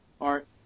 art